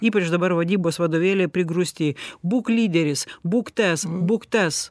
ypač dabar vadybos vadovėliai prigrūsti būk lyderis būk tas būk tas